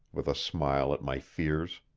with a smile at my fears.